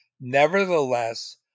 nevertheless